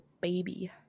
baby